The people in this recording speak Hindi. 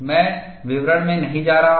मैं विवरण में नहीं जा रहा हूँ